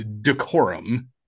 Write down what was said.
decorum